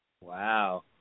Wow